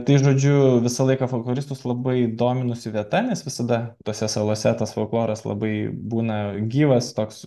tai žodžiu visą laiką folkloristus labai dominusi vieta nes visada tose salose tas folkloras labai būna gyvas toks